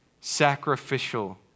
sacrificial